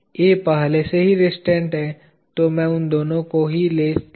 A पहले से ही रिस्ट्रैन्ट है तो मैं उन दोनों को ही ले लूं